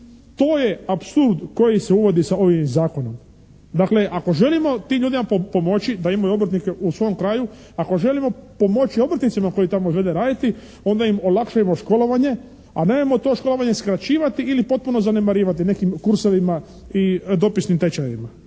To je apsurd koji se uvodi sa ovim Zakonom. Dakle, ako želimo tim ljudima pomoći da imaju obrtnike u svom kraju, ako želimo pomoći obrtnicima koji tamo žele raditi onda im olakšajmo školovanje, ali nemojmo to školovanje skraćivati ili potpuno zanemarivati nekim kursovima i dopisnim tečajevima.